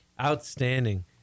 Outstanding